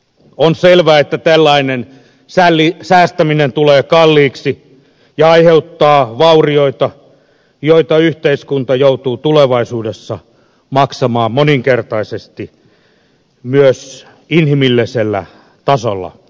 on selvää että tällainen säästäminen tulee kalliiksi ja aiheuttaa vaurioita joita yhteiskunta joutuu tulevaisuudessa maksamaan moninkertaisesti myös inhimillisellä tasolla